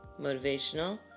motivational